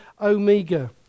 Omega